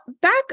back